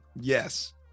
yes